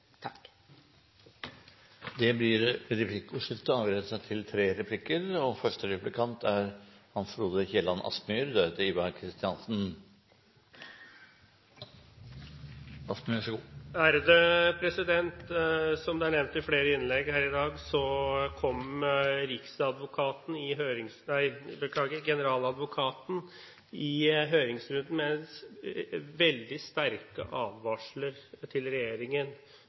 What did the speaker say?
Det blir replikkordskifte. Som nevnt i flere innlegg her i dag kom generaladvokaten i høringsrunden med veldig sterke advarsler til regjeringen